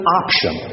option